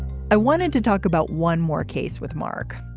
i wanted to talk about one more case with mark.